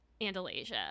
Andalasia